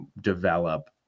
develop